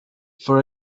for